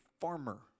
farmer